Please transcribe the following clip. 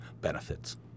benefits